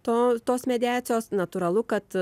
to tos mediacijos natūralu kad